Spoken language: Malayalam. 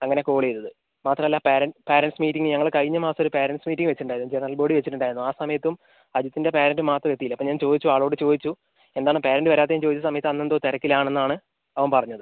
അങ്ങനെ കോൾ ചെയ്തത് മാത്രമല്ല പാര പാരൻറ്റ്സ് മീറ്റിംഗ് ഞങ്ങൾ കഴിഞ്ഞ മാസം ഒരു പാരൻറ്റ്സ് മീറ്റിംഗ് വെച്ചിട്ടുണ്ടായിരുന്നു ജനറൽ ബോഡി വെച്ചിട്ടുണ്ടായിരുന്നു ആ സമയത്തും അജിത്തിൻ്റെ പാരൻറ്റ് മാത്രം എത്തിയില്ല അപ്പം ഞാൻ ചോദിച്ചു ആളോട് ചോദിച്ചു എന്താണ് പാരൻറ്റ് വരാത്തതെന്ന് ചോദിച്ച സമയത്ത് അന്ന് എന്തോ തിരക്കിൽ ആണെന്നാണ് അവൻ പറഞ്ഞത്